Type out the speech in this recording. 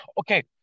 Okay